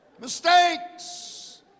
Mistakes